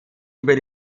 über